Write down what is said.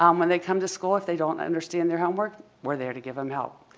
um when they come to school if they don't understand their homework we're there to give them help.